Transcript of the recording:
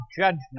judgment